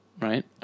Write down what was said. Right